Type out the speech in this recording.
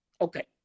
Okay